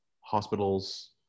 hospitals